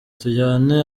tujyane